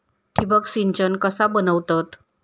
ठिबक सिंचन कसा बनवतत?